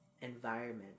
environment